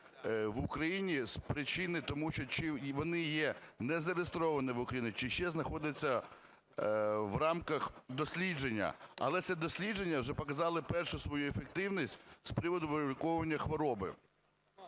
в Україні з причини, тому що вони є не зареєстровані в Україні чи ще знаходяться в рамках дослідження. Але це дослідження вже показало першу свою ефективність з приводу виліковування хвороби.